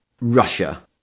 Russia